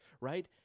right